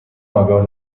آگاه